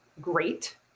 great